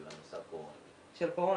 של קורונה.